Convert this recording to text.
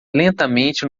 lentamente